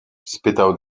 spytał